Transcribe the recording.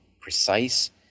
precise